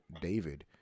david